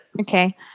Okay